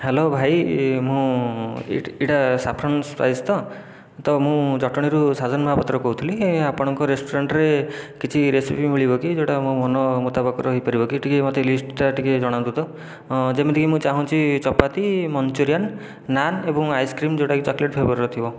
hello ଭାଇ ମୁଁ ଏଇଟା ସାଫରନ ସ୍ପାଇସ ତ ତ ମୁଁ ଜଟଣୀରୁ ସ୍ୱାଧୀନ ମହାପତ୍ର କହୁଥିଲି ଆପଣଙ୍କ ରେସ୍ତୋରାଁରେ କିଛି ରେସିପି ମିଳିବ କି ଯେଉଁଟା ମୋ ମନ ମୁତାବକର ହୋଇପାରିବ କି ଟିକିଏ ମୋତେ ଲିଷ୍ଟଟା ଟିକିଏ ଜଣାନ୍ତୁ ତ ଯେମିତିକି ମୁଁ ଚାଁହୁଛି ଚପାତି ମଞ୍ଚୁରୀଆନ୍ ନାନ୍ ଏବଂ ଆଇସକ୍ରିମ ଯେଉଁଟାକି ଚକୋଲେଟ ଫ୍ଲେଭରର ଥିବ